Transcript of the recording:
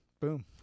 boom